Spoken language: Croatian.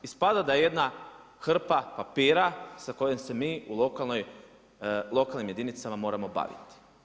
Ispada da je jedna hrpa papira sa kojom se mi u lokalnim jedinicama moramo baviti.